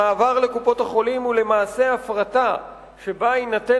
המעבר לקופות-החולים הוא למעשה הפרטה שבה יינתן